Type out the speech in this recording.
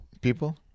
People